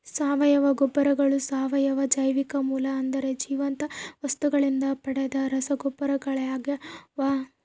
ಸಾವಯವ ಗೊಬ್ಬರಗಳು ಸಾವಯವ ಜೈವಿಕ ಮೂಲ ಅಂದರೆ ಜೀವಂತ ವಸ್ತುಗಳಿಂದ ಪಡೆದ ರಸಗೊಬ್ಬರಗಳಾಗ್ಯವ